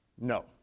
No